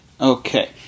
Okay